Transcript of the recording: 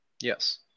Yes